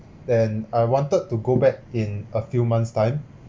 and I wanted to go back in a few months' time